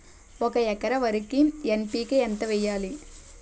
ఒక ఎకర వరికి ఎన్.పి.కే ఎంత వేయాలి?